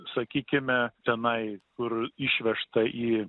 sakykime tenai kur išvežta į